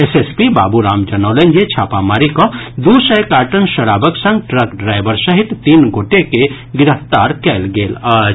S S P Baburam जनौलनि जे छापामारी कऽ दू सय कार्टन शराबक संग ट्रक ड्राइवर सहित तीन गोटे के गिरफ्तार कयलक अछि